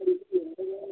जी